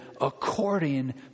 according